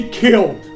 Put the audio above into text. killed